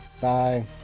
Bye